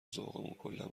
ذوقمون، کلا